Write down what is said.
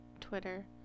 Twitter